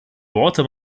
worte